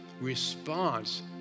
response